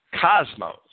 cosmos